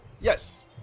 Yes